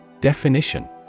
Definition